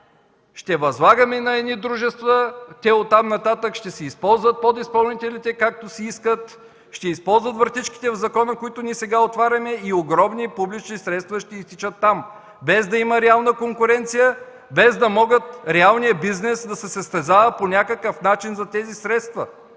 ще възлагаме на едни дружества, оттам нататък те ще ползват подизпълнители както си искат”, ще използват вратичките в закона, които сега отваряме, и огромни публични средства ще изтичат там, без да има реална конкуренция, без да може реалният бизнес да се състезава по някакъв начин за тези средства.